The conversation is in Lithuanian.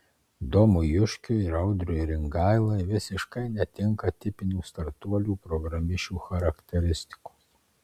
domui juškiui ir audriui ringailai visiškai netinka tipinių startuolių programišių charakteristikos